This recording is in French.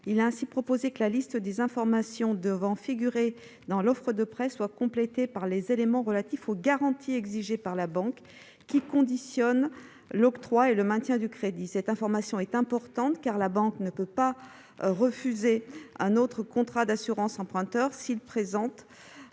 Il est ainsi proposé que la liste des informations devant figurer dans l'offre de prêt soit complétée par les éléments relatifs aux garanties exigées par la banque pour l'octroi et le maintien du crédit. Cette information est importante, car la banque ne peut pas refuser un autre contrat d'assurance emprunteur s'il présente